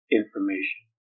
information